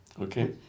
Okay